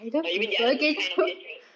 or you mean the other kind of kecoh